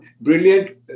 brilliant